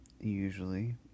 usually